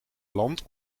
land